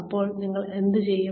ഇപ്പോൾ നിങ്ങൾ അവരെ എന്തു ചെയ്യും